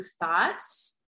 thoughts